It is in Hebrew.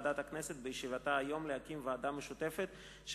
החליטה ועדת הכנסת בישיבתה היום להקים ועדה משותפת של